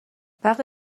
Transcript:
وقتی